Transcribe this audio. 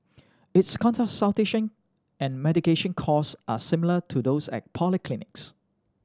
its consultation and medication cost are similar to those at polyclinics